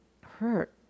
hurt